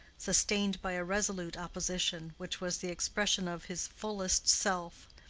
sustained by a resolute opposition, which was the expression of his fullest self.